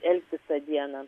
elgtis tą dieną